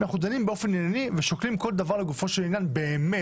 אנחנו דנים באופן ענייני ושוקלים כל דבר לגופו של עניין באמת.